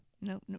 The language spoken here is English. No